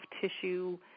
tissue